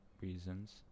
reasons